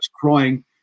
crying